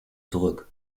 zurück